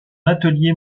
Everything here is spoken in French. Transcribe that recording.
atelier